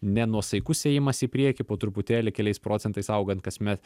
ne nuosaikus ėjimas į priekį po truputėlį keliais procentais augant kasmet